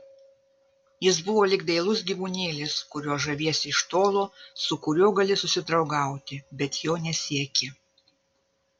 jis buvo lyg dailus gyvūnėlis kuriuo žaviesi iš tolo su kuriuo gali susidraugauti bet jo nesieki